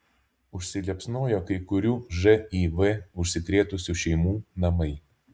užsiliepsnojo kai kurių živ užsikrėtusių šeimų namai